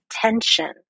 attention